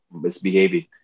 misbehaving